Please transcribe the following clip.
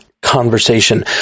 conversation